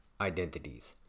identities